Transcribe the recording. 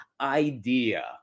idea